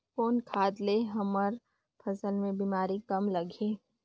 कौन खाद ले हमर फसल मे बीमारी कम लगही?